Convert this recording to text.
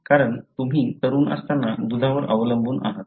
कारण तुम्ही तरुण असताना दुधावर अवलंबून आहात